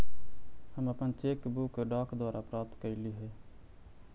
हम अपन cheque book डाक द्वारा प्राप्त कईली हे